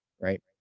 right